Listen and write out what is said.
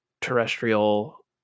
terrestrial